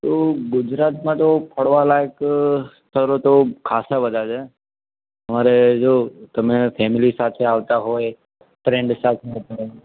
તો ગુજરાતમાં તો ફરવાલાયક સ્થળો તો ખાસ્સા બધા છે અરે જો તમે ફેમિલી સાથે આવતા હોય ફ્રેન્ડ સાથે આવતા હોય